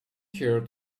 here